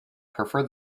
prefer